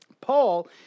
Paul